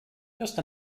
just